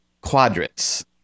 quadrants